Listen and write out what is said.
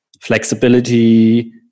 flexibility